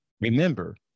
Remember